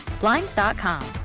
Blinds.com